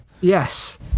Yes